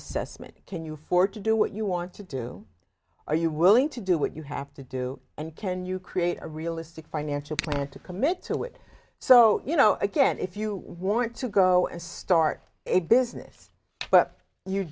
assessment can you afford to do what you want to do are you willing to do what you have to do and can you create a realistic financial plan to commit to it so you know again if you want to go and start a business but you